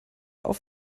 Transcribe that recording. auf